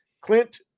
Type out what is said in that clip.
Clint